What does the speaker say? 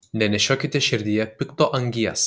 nenešiokite širdyje pikto angies